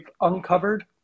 uncovered